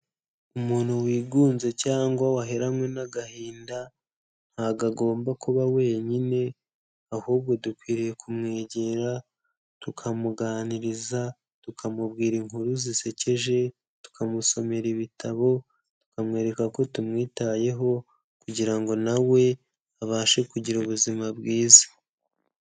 Umuntu wigunze cyangwa waheranywe n'agahinda, ntabwo agomba kuba wenyine, ahubwo dukwiriye kumwegera, tukamuganiriza tukamubwira inkuru zisekeje, tukamusomera ibitabo, tukamwereka ko tumwitayeho, kugira ngo nawe we abashe kugira ubuzima bwiza.